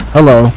Hello